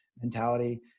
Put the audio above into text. mentality